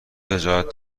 وجاهت